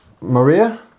Maria